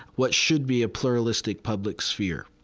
what should be a pluralistic public sphere.